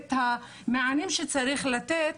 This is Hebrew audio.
ואת המענים שצריך לתת,